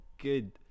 good